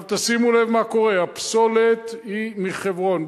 תשימו לב מה קורה: הפסולת היא מחברון,